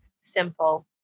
simple